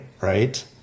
right